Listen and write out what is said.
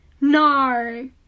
no